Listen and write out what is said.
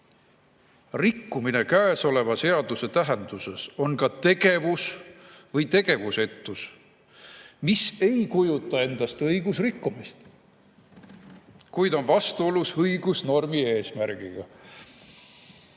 "Rikkumine käesoleva seaduse tähenduses on ka tegevus või tegevusetus, mis ei kujuta endast õigusrikkumist, kuid on vastuolus õigusnormi eesmärgiga."